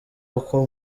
uko